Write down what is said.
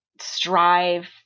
strive